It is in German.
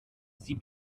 sie